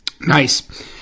Nice